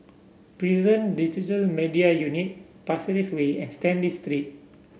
Prison Digital Media Unit Pasir Ris Way and Stanley Street